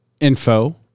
Info